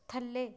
ਥੱਲੇ